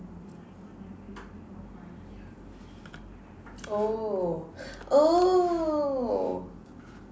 oh oh